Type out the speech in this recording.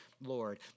Lord